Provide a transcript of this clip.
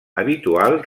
habitual